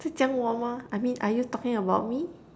在讲我吗： zai jiang wo mah I mean are you talking about me